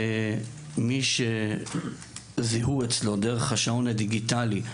מי שזיהו אצלו דרך השעון הדיגיטלי,